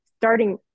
starting